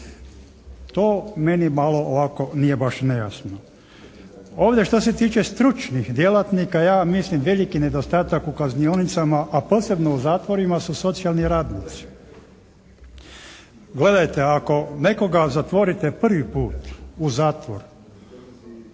To meni malo ovako nije baš nejasno. Ovdje šta se tiče stručnih djelatnika, ja mislim da je veliki nedostatak u kaznionicama a posebno u zatvorima su socijalni razlozi. Gledajte, ako nekoga zatvorite prvi put u zatvor